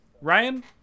Ryan